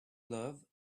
love